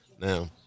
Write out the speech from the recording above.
now